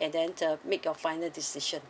and then uh make your final decision